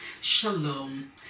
shalom